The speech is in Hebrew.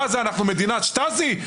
מה, אנחנו מדינת שטאזי?